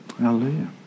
hallelujah